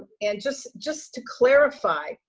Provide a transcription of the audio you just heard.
and just, just to clarify,